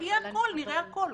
נחייה הכול, נראה הכול.